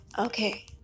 Okay